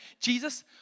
Jesus